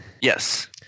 Yes